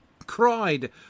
cried